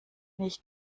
ich